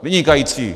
Vynikající!